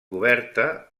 coberta